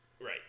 Right